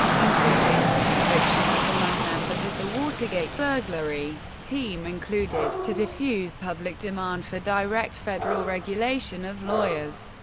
including convictions among members of the watergate burglary team included to defuse public demand for direct federal regulation of lawyers,